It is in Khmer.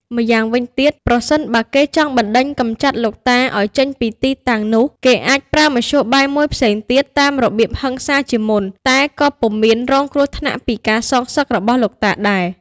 ម្យ៉ាងវិញទៀត ប្រសិនបើគេចង់បណ្ដេញកំចាត់លោកតាឱ្យចេញពីទីតាំងនោះ គេអាចប្រើមធ្យោបាយមួយផ្សេងទៀតតាមរបៀបហិង្សាជាងមុន តែក៏ពុំមានរងគ្រោះថ្នាក់ពីការសងសឹករបស់លោកតាដែរ។